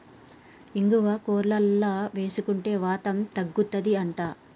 ఇంగువ కూరలల్ల వేసుకుంటే వాతం తగ్గుతది అంట